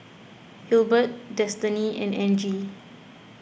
Hilbert Destany and Angie